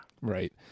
Right